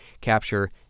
capture